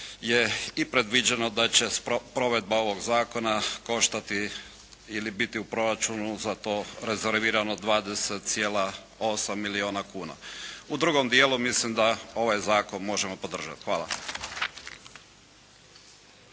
je i predviđeno da će provedba ovog zakona koštati ili biti u proračunu za to rezervirano 20,8 milijuna kuna. U drugom dijelu mislim da ovaj zakon možemo podržati. Hvala.